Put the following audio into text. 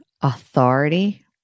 authority